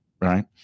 right